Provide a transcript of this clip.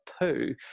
poo